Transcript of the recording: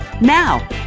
Now